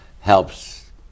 helps